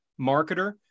marketer